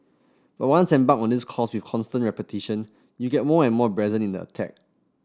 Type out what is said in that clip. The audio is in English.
but once embarked on this course with constant repetition you get more and more brazen in the attack